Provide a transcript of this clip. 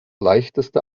leichteste